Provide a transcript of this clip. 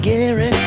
Gary